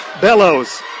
Bellows